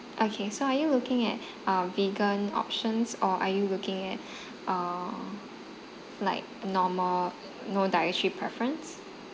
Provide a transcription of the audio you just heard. okay so are you looking at uh vegan options or are you looking at uh like normal no dietary preference